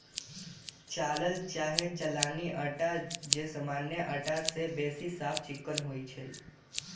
चालल चाहे चलानी अटा जे सामान्य अटा से बेशी साफ चिक्कन होइ छइ